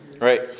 right